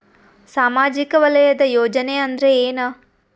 ಸಾಮಾಜಿಕ ವಲಯದ ಯೋಜನೆ ಅಂದ್ರ ಏನ?